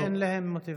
אין להם מוטיבציה.